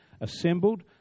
assembled